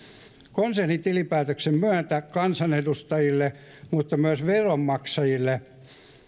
konsernitilinpäätöksen myötä kansanedustajille mutta myös veronmaksajille